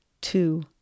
two